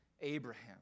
Abraham